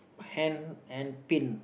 hand and pin